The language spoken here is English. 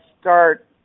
start